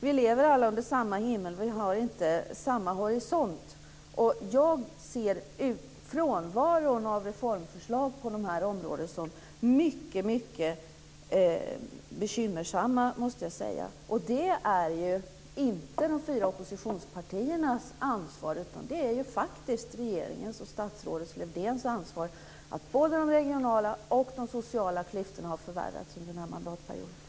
Vi lever alla under samma himmel, men vi har inte samma horisont. Jag ser frånvaron av reformförslag på de här områdena som mycket bekymmersam, måste jag säga. Det är inte de fyra oppositionspartiernas ansvar. Det är faktiskt regeringens och statsrådet Lövdéns ansvar att både de regionala och de sociala klyftorna har förvärrats under den här mandatperioden.